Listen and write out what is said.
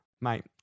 mate